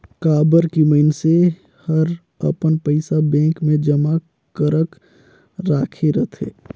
काबर की मइनसे हर अपन पइसा बेंक मे जमा करक राखे रथे